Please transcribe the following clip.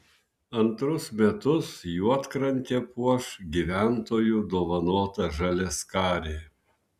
antrus metus juodkrantę puoš gyventojų dovanota žaliaskarė